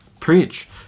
preach